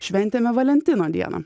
šventėme valentino dieną